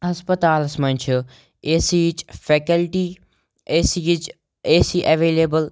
ہَسپَتالَس منٛز چھِ اے سی یِچ فیکَلٹی اے سی یِچ اے سی ایویلیبٕل